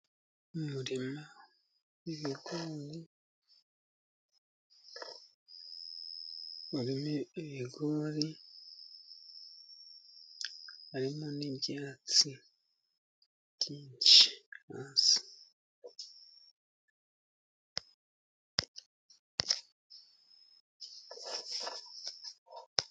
Umurima w'ibigori , urimo n'ibyatsi byinshi hasi .